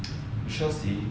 we shall see